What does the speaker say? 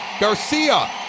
Garcia